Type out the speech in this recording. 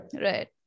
right